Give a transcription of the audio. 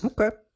Okay